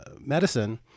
medicine